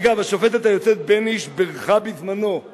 אגב, השופטת היוצאת בייניש בירכה בזמנו על